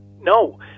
No